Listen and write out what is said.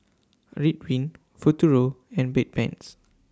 Ridwind Futuro and Bedpans